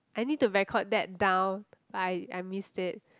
I need to record that down but I I missed it